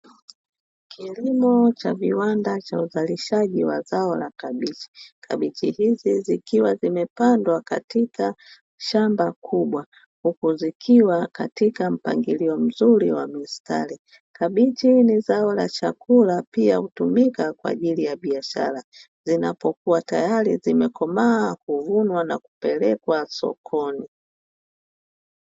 Kilimo cha viwanda cha uzalishaji wa zao la kabichi. Kabichi hizi zikiwa zimepandwa katika shamba kubwa huku zikiwa katika mpangilio mzuri wa mistari. Kabichi ni zao la chakula, pia hutumika kwa ajili ya biashara, zinapokuwa tayari zimekomaa, huvunwa na kupelekwa sokoni.